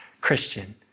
Christian